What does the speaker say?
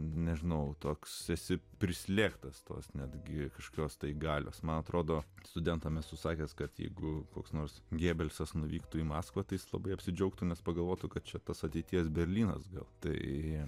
nežinau toks esi prislėgtas tos netgi kažkokios tai galios man atrodo studentams esu sakęs kad jeigu koks nors gebelsas nuvyktų į maskvą taip labai apsidžiaugtų nes pagalvotų kad čia tas ateities berlynas gal tai